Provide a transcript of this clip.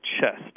chest